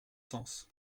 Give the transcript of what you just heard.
sens